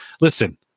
Listen